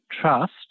trust